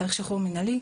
תאריך שחרור מינהלי,